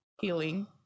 healing